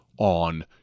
On